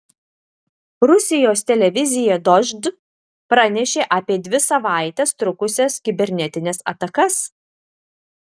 rusijos televizija dožd pranešė apie dvi savaites trukusias kibernetines atakas